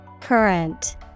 Current